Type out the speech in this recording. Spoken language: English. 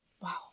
Wow